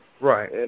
Right